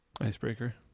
icebreaker